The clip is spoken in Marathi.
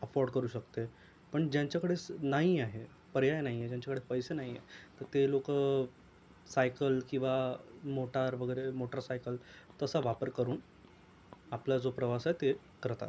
ऑफोर्ड करू शकते पण ज्यांच्याकडे स नाही आहे पर्याय नाही आहे ज्यांच्याकडे पैसे नाही आहे तर ते लोकं सायकल किंवा मोटार वगैरे मोटरसायकल तसा वापर करून आपला जो प्रवास आहे ते करतात